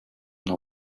know